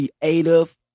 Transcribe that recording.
creative